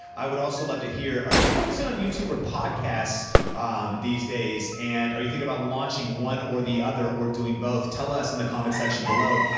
i would also love to hear, are you focusing on youtube or podcast these days? and are you thinking about launching one or the other or doing both, tell us in the comments section below.